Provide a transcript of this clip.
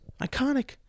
iconic